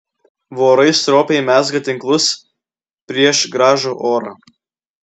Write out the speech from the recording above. vorai stropiai mezga tinklus prieš gražų orą